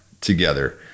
together